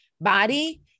body